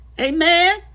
Amen